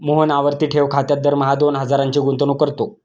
मोहन आवर्ती ठेव खात्यात दरमहा दोन हजारांची गुंतवणूक करतो